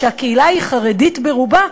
שבה הקהילה היא חרדית ברובה,